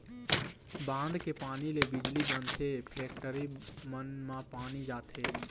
बांध के पानी ले बिजली बनथे, फेकटरी मन म पानी जाथे